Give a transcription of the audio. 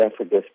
Africa